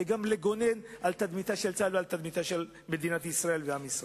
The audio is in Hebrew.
וגם לגונן על תדמית צה"ל ועל תדמיתם של מדינת ישראל ועם ישראל.